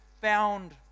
found